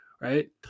right